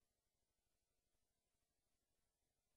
ולמנהל